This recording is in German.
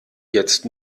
jetzt